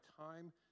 time